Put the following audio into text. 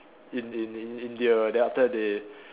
in in in in India then after that they